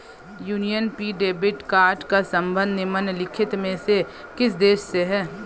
Union Pay debit card का संबंध निम्नलिखित में से किस देश से है?